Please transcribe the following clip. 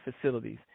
facilities